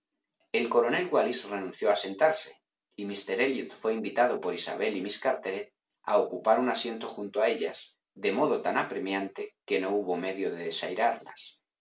el coronel wallis renunció a sentarse y míster elliot fué invitado por isabel y miss carteret a ocupar un asiento junto a ellas de modo tan apremiante que no hubo medio de desairarlas